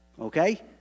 Okay